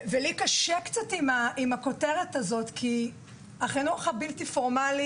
קשה לי קצת עם הכותרת הזאת כי החינוך הבלתי פורמלי